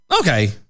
okay